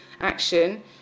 action